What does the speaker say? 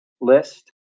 list